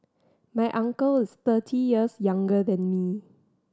my uncle is thirty years younger than me